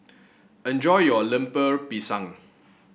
enjoy your Lemper Pisang